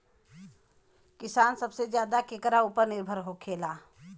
किसान सबसे ज्यादा केकरा ऊपर निर्भर होखेला?